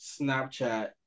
Snapchat